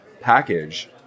package